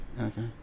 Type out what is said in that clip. Okay